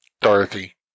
Dorothy